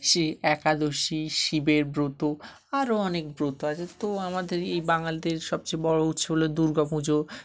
সে একাদশী শিবের ব্রত আরও অনেক ব্রত আছে তো আমাদের এই বাঙালিদের সবচেয়ে বড়ো উৎস হলো দুর্গাপুজো